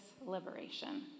liberation